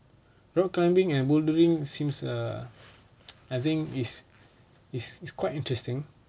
rock climbing and bouldering seems err I think is is is quite interesting